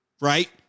Right